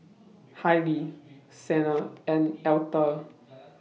Hailie Xena and Altha